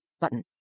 button